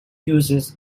uses